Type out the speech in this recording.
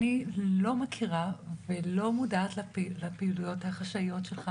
אני לא מכירה ולא מודעת לפעילויות החשאיות שלך,